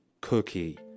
cookie